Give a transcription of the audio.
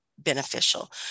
beneficial